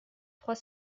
trois